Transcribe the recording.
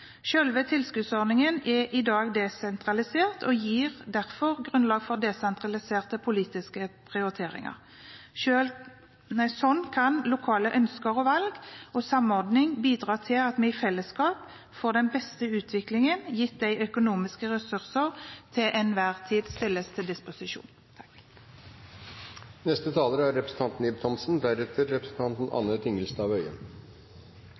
tilskuddsordningen er i dag desentralisert, og gir derfor grunnlag for desentraliserte politiske prioriteringer. Slik kan lokale ønsker og valg og samordning bidra til at vi i fellesskap får den beste utviklingen, gitt de økonomiske ressurser som til enhver tid stilles til disposisjon. Forslaget fra Senterpartiet synliggjør en utfordring for de organisasjonseide kulturhusene. Men dette er